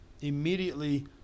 immediately